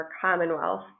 commonwealth